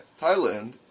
Thailand